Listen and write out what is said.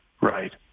Right